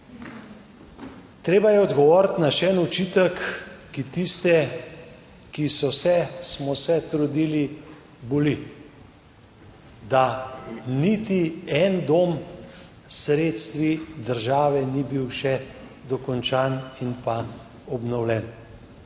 Treba je odgovoriti na še en očitek, ki tiste, ki so se, smo se trudili, boli, da niti en dom s sredstvi države ni bil še dokončan in pa obnovljen.